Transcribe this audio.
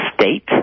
state